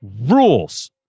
rules